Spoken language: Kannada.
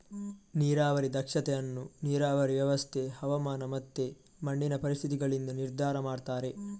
ನೀರಾವರಿ ದಕ್ಷತೆ ಅನ್ನು ನೀರಾವರಿ ವ್ಯವಸ್ಥೆ, ಹವಾಮಾನ ಮತ್ತೆ ಮಣ್ಣಿನ ಪರಿಸ್ಥಿತಿಗಳಿಂದ ನಿರ್ಧಾರ ಮಾಡ್ತಾರೆ